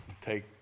take